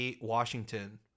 Washington